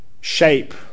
shape